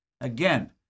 Again